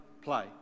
play